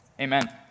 Amen